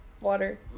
water